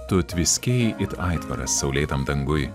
tu tviskėjai it aitvaras saulėtam danguj